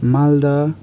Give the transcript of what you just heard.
Malda